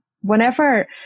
whenever